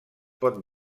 pot